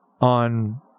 on